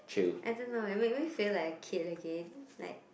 I don't know I mean make me feel like kid again like